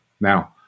Now